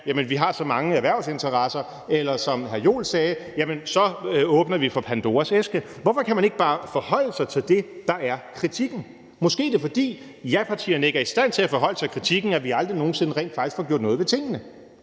at vi har så mange erhvervsinteresser, eller som hr. Jens Joel sagde, at så åbner vi for Pandoras æske? Hvorfor kan man ikke bare forholde sig til det, der er kritikken? Måske er det, fordi japartierne ikke er i stand til at forholde sig til kritikken, at vi aldrig nogen sinde rent faktisk får gjort noget ved tingene.